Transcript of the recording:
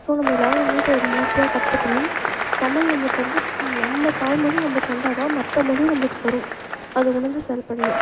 so நம்ம எல்லாேரும் வந்து இதை மோஸ்ட்லீயாக கற்றுக்கணும் தமிழ் நம்மளுக்கு வந்து நம்ம தாய்மொழி நம்மளுக்கு வந்தால்தான் மற்ற மொழியும் நம்மளுக்கு வரும் அது உணர்ந்து செயல்படணும்